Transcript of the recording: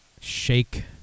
Shake